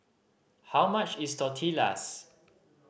how much is Tortillas